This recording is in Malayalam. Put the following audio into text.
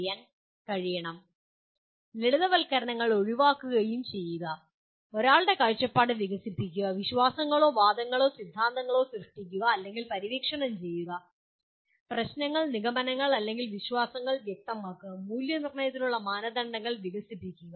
കൂടാതെ സാമാന്യവൽക്കരണങ്ങൾ പരിഷ്കരിക്കുകയും ലളിതവൽക്കരണങ്ങൾ ഒഴിവാക്കുകയും ചെയ്യുക ഒരാളുടെ കാഴ്ചപ്പാട് വികസിപ്പിക്കുക വിശ്വാസ വാദങ്ങളോ സിദ്ധാന്തങ്ങളോ സൃഷ്ടിക്കുക അല്ലെങ്കിൽ പര്യവേക്ഷണം ചെയ്യുക പ്രശ്നങ്ങൾ നിഗമനങ്ങൾ അല്ലെങ്കിൽ വിശ്വാസങ്ങൾ വ്യക്തമാക്കുക മൂല്യനിർണ്ണയത്തിനുള്ള മാനദണ്ഡങ്ങൾ വികസിപ്പിക്കുക